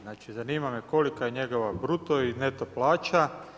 Znači zanima me kolika je njegova BRUTO i NETO plaća.